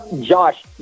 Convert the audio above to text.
Josh